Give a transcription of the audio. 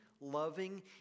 loving